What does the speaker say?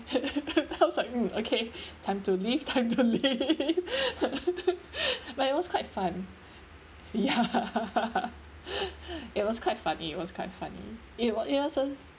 I was like um okay time to leave time to leave but it was quite fun ya it was quite funny it was quite funny it wa~ it was so